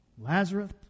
Lazarus